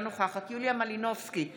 אינה נוכחת יוליה מלינובסקי קונין,